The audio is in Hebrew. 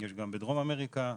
יש גם בדרום אמריקה,